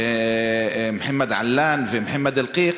מוחמד עלאן ומוחמד אלקיק,